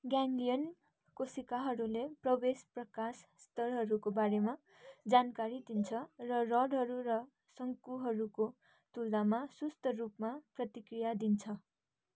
ganglion कोशिकाहरूले परिवेश प्रकाश स्तरहरूको बारेमा जानकारी दिन्छ र रडहरू र शङ्कुहरूको तुलनामा सुस्त रूपमा प्रतिक्रिया दिन्छ